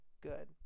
good